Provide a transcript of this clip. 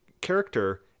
character